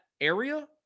area